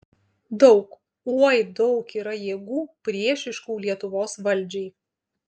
daug oi daug yra jėgų priešiškų lietuvos valdžiai